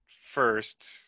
first